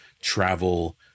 travel